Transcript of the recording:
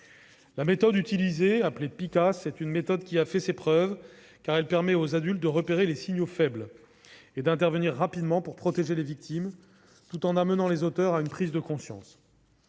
La méthode utilisée, appelée Pikas, a fait ses preuves, car elle permet aux adultes de repérer les « signaux faibles » et d'intervenir rapidement pour protéger les victimes, tout en amenant les auteurs à une prise de conscience.